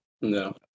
No